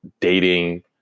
dating